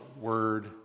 word